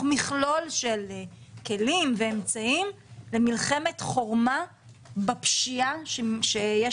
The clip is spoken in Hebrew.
מכלול של כלים ואמצעים למלחמת חורמה בפשיעה שיש